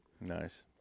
Nice